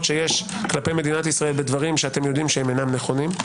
שיש כלפי מדינת ישראל בדברים שאתם יודעים שאינם נכונים.